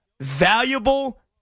valuable